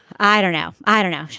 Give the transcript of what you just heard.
i don't know. i don't know.